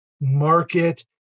market